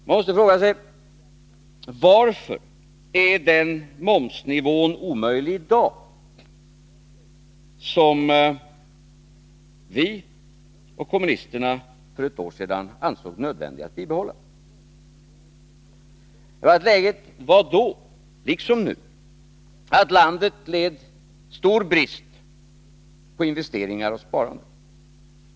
Jag måste fråga: Varför är den momsnivå omöjlig i dag som vi och kommunisterna för ett år sedan ansåg nödvändig att bibehålla? Läget var då liksom nu att landet led stor brist på investeringar och sparande.